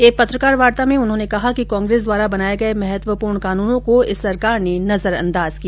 एक पत्रकार वार्ता में उन्होंने कहा कि कांग्रेस के द्वारा बनाए गए महत्वपूर्ण कानूनों को इस सरकार ने नजरअंदाज किया